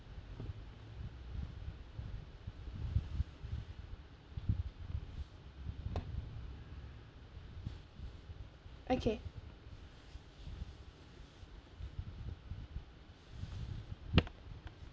okay